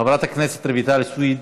חברת הכנסת רויטל סויד,